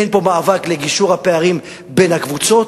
אין פה מאבק לגישור הפערים בין הקבוצות,